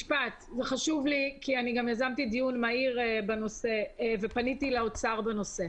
משפט כי גם יזמתי דיון מהיר בנושא ופניתי לאוצר בנושא.